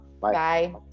Bye